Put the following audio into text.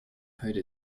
code